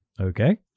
Okay